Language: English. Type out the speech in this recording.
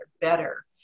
better